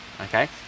okay